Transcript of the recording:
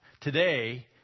Today